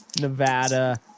Nevada